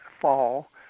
fall